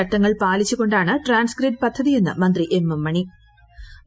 ചട്ടങ്ങൾ പാലിച്ചുകൊണ്ടാണ് trans grid പദ്ധതിയെന്ന് മന്ത്രി എം എം മണ്ണി